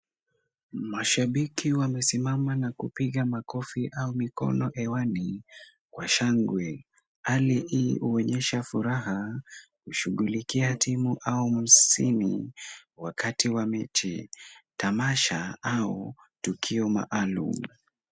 Mashabiki wamesimama na kupiga makofi au mikono hewani kwa shangwe. Hali hii huonyesha furaha kushughulikia timu au musimu wakati wa mechi, tamasha au tukio maalum.